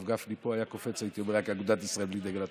הרב גפני פה היה קופץ אם הייתי אומר רק אגודת ישראל בלי דגל התורה.